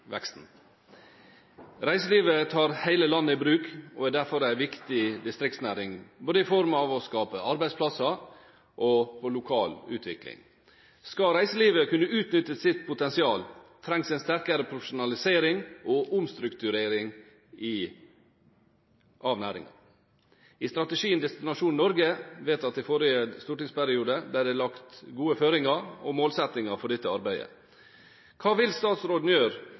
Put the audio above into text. reiselivet kunne utnytte sitt potensial, trengs en sterkere profesjonalisering og omstrukturering av næringen. I strategi «Destinasjon Norge», vedtatt i forrige stortingsperiode, ble det lagt gode føringer og målsettinger for dette arbeidet. Hva vil statsråden gjøre